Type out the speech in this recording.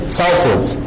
southwards